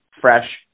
fresh